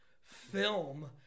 film